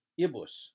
ibus